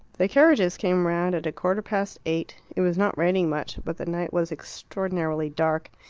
the carriages came round at a quarter past eight. it was not raining much, but the night was extraordinarily dark,